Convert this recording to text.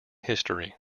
history